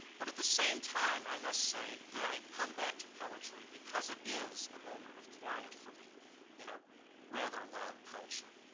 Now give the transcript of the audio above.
but at the same time, i must say, that i come back to poetry because it is a moment of quiet for me in a rather loud culture.